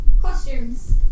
Costumes